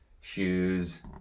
shoes